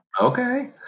Okay